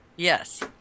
Yes